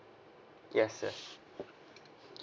yes sir